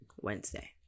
wednesday